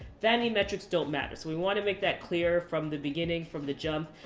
vanity metrics don't matter. so we want to make that clear from the beginning, from the jump.